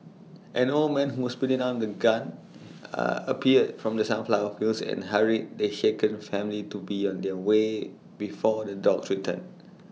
an old man who was putting down the gun appeared from the sunflower fields and hurried the shaken family to be on their way before the dogs return